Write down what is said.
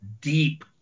deep